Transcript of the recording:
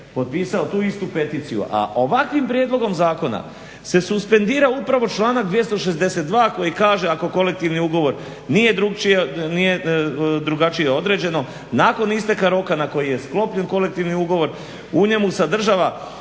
potpisao tu istu peticiju, a ovakvim prijedlogom zakona se suspendira upravo članak 262. koji kaže: "ako kolektivnim ugovorom nije drugačije određeno nakon isteka roka na koji je sklopljen kolektivni ugovor u njemu sadržava